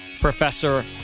Professor